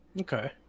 Okay